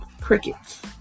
Crickets